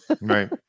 Right